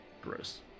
Gross